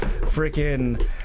freaking